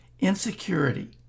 Insecurity